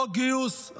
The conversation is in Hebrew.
חוק גיוס,